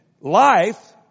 life